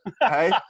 Hey